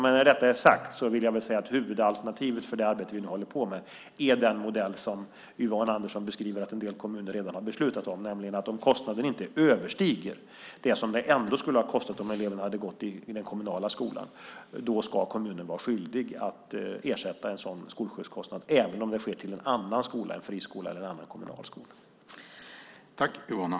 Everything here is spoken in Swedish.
Men när detta är sagt vill jag ändå säga att huvudalternativet för det arbete vi nu håller på med är den modell som Yvonne Andersson beskriver att en del kommuner redan har beslutat om, nämligen att om kostnaden inte överstiger det som det ändå skulle ha kostat om eleverna hade gått i den kommunala skolan ska kommunen vara skyldig att ersätta en sådan skolskjutskostnad - även om det sker till en annan skola, till exempel en friskola eller en annan kommunal skola.